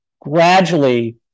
gradually